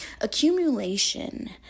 accumulation